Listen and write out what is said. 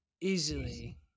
easily